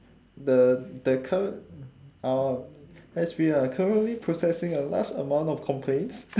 the the cur~ um as we are currently processing a large amount of complaints